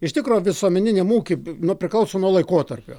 iš tikro visuomeniniam ūkiui nuo priklauso nuo laikotarpio